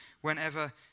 whenever